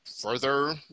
further